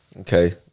Okay